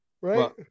Right